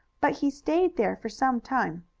but he stayed there for some time.